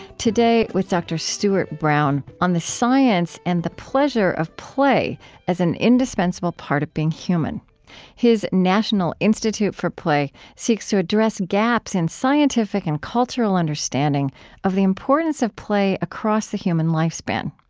today with dr. stuart brown on the science and the pleasure of play as an indispensable part of being human his national institute for play seeks to address gaps in scientific and cultural understanding of the importance of play across the human lifespan.